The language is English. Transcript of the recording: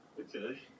okay